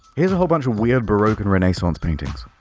here's a whole bunch of weird baroque and renaissance paintings.